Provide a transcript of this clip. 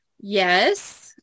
Yes